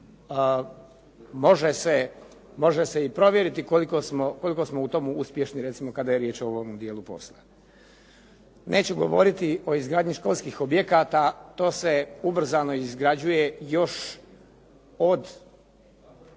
može se i provjeriti koliko smo u tome uspješni recimo kada je riječ o ovome dijelu posla. Neću govoriti o izgradnji školskih objekata, to se ubrzano izgrađuje još od